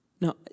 No